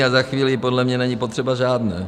A za chvíli podle mě není potřeba žádné.